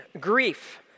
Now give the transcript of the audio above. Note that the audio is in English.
grief